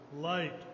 light